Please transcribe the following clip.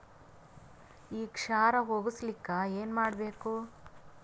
ಈ ಕ್ಷಾರ ಹೋಗಸಲಿಕ್ಕ ಏನ ಮಾಡಬೇಕು?